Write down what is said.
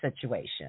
situation